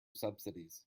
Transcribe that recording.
subsidies